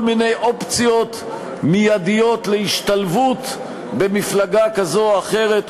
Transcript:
מיני אופציות מיידיות להשתלבות במפלגה כזו או אחרת,